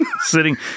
Sitting